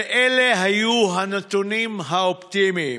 ואלה היו הנתונים האופטימיים.